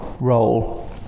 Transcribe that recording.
role